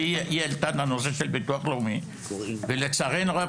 היא העלתה את הנושא של ביטוח לאומי ולצערנו הרב,